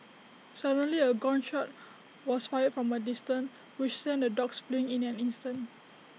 suddenly A gun shot was fired from A distance which sent the dogs fleeing in an instant